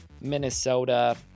Minnesota